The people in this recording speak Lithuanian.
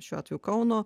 šiuo atveju kauno